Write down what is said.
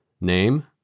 Name